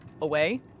away